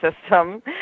system